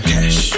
Cash